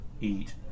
eat